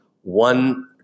one